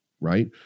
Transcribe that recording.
right